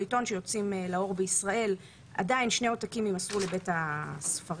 מכל עיתון שיוצאים לאור בישראל עדיין שני עותקים יימסרו לבית הספרים.